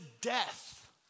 death